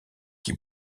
qui